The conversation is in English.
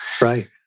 Right